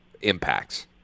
impacts